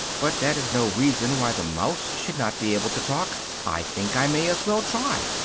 but that is no reason why the mouse should not be able to talk. i think i may as well try.